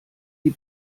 die